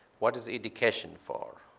what is education for?